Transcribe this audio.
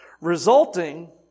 resulting